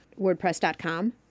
WordPress.com